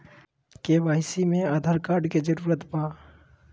KYC में Aadhaar card के जरूरत बा?